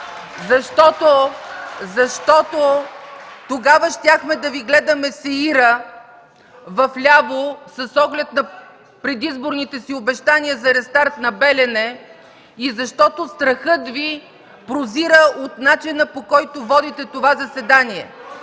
защото тогава щяхме да Ви гледаме сеира вляво, с оглед на предизборните Ви обещания за рестарт на „Белене” и защото страхът Ви прозира от начина, по който водите това заседание.